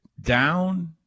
down